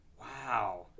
Wow